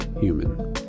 human